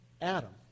Adam